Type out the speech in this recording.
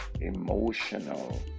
emotional